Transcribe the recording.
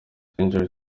century